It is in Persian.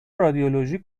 رادیولوژی